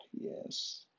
Yes